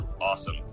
awesome